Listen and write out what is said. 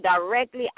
directly